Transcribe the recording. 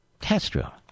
Castro